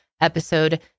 episode